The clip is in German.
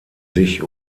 sich